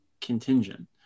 contingent